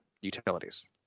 utilities